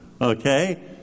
Okay